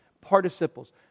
participles